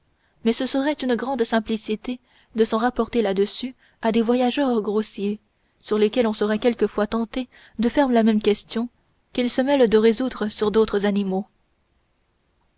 mais ce serait une grande simplicité de s'en rapporter là-dessus à des voyageurs grossiers sur lesquels on serait quelquefois tenté de faire la même question qu'ils se mêlent de résoudre sur d'autres animaux